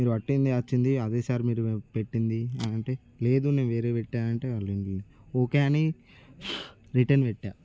మీరు పెట్టిందే వచ్చింది అదే సార్ మీరు పెట్టింది అనంటే లేదు నేను వేరే పెట్టా అంటే వాళ్ళు వినలేదు ఓకే అని రిటర్న్ పెట్టా